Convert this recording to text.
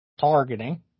targeting